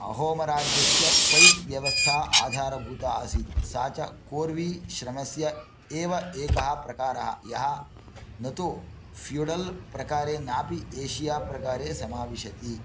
अहोमराज्यस्य पैक् व्यवस्था आधारभूता आसीत् सा च कोर्वी श्रमस्य एव एकः प्रकारः यः न तु फ़्युडल् प्रकारे नापि एशियाप्रकारे समाविशति